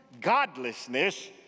godlessness